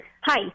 Hi